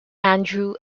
andrew